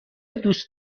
دوست